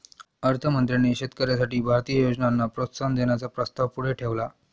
अर्थ मंत्र्यांनी शेतकऱ्यांसाठी भारतीय योजनांना प्रोत्साहन देण्याचा प्रस्ताव पुढे ठेवला